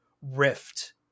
rift